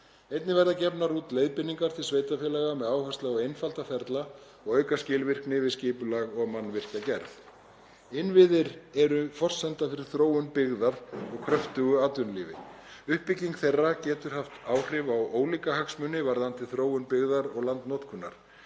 Einnig verða gefnar út leiðbeiningar til sveitarfélaga með áherslu á að einfalda ferla og auka skilvirkni við skipulag og mannvirkjagerð. Innviðir eru forsenda fyrir þróun byggðar og kröftugu atvinnulífi. Uppbygging þeirra getur haft áhrif á ólíka hagsmuni varðandi þróun byggðar og landnotkunar.